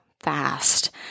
fast